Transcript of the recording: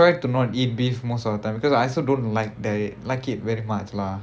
I try to not eat beef most of the time because I also don't like there it like it very much lah